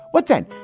what then?